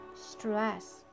stress